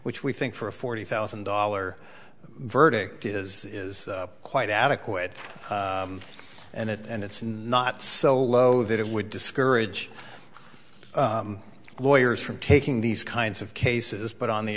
which we think for a forty thousand dollar verdict is is quite adequate and it and it's not so low that it would discourage lawyers from taking these kinds of cases but on the